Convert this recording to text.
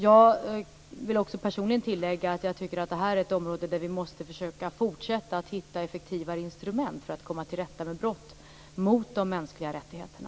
Jag vill också personligen tillägga att jag tycker att detta är ett område där vi måste försöka fortsätta hitta effektivare instrument för att komma till rätta med brott mot de mänskliga rättigheterna.